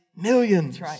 millions